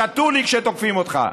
שתו לי" כשתוקפים אותך.